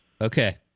Okay